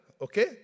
Okay